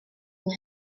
yng